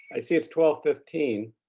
i see it's twelve fifteen.